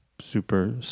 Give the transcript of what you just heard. super